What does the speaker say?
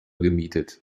gemietet